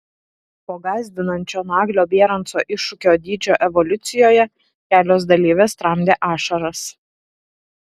po gąsdinančio naglio bieranco iššūkio dydžio evoliucijoje kelios dalyvės tramdė ašaras